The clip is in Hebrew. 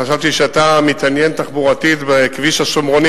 חשבתי שאתה מתעניין תחבורתית בכביש "השומרוני